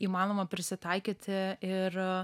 įmanoma prisitaikyti ir